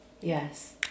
yes